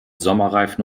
sommerreifen